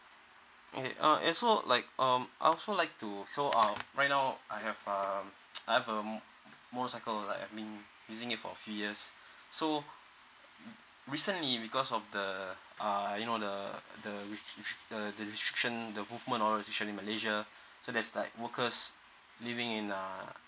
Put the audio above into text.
okay and so like um I'll also like to so (um\h) right now I have a um I have a motorcycle like I've been using it for few years so recently because of the uh you know the the the restriction the movement or restriction in malaysia so that's like workers living in uh